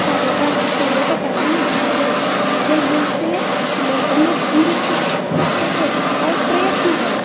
कार्यक्रमाक पर्यटकांनी धालो जे गोंयचें लोकनृत्य आसा तें करपाचो प्रयत्न केलो